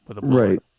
right